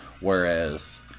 Whereas